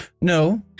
No